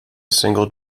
single